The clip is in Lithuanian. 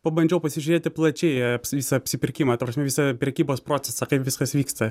pabandžiau pasižiūrėti plačiai į ap apsipirkimą ta prasme visą prekybos procesą kaip viskas vyksta